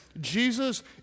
Jesus